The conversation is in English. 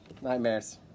Nightmares